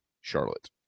Charlotte